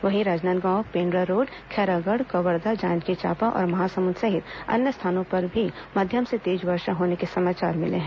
वहीं राजनादगांव पेंड्रा रोड खैरागढ़ कवर्धा जांजगीर चांपा और महासमुंद सहित अन्य स्थानों पर मध्यम से तेज वर्षा होने के समाचार मिले हैं